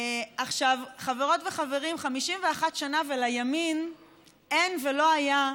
חברות וחברים, 51 שנה, ולימין אין, ולא היה,